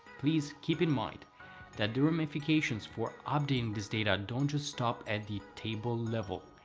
please keep in mind that the ramifications for updating this data don't just stop at the table level,